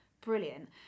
brilliant